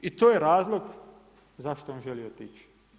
I to je razlog zašto on želi otići.